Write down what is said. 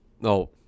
No